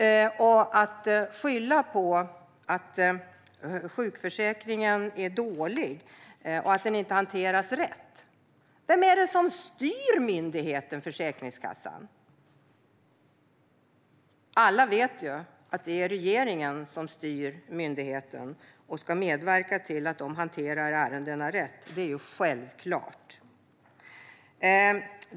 När det gäller att skylla på att sjukförsäkringen är dålig och inte hanteras rätt: Vem är det som styr myndigheten Försäkringskassan? Alla vet ju att det är regeringen som styr myndigheten och ska medverka till att den hanterar ärendena rätt. Det är självklart.